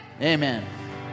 Amen